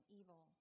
evil